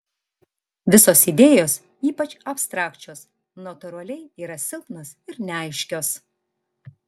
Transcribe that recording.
visos idėjos ypač abstrakčios natūraliai yra silpnos ir neaiškios